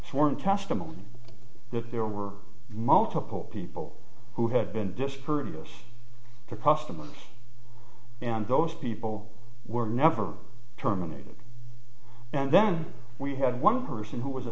sworn testimony that there were multiple people who had been discouraged to customers and those people were never terminated and then we had one person who was a